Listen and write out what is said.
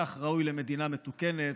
כך ראוי למדינה מתוקנת,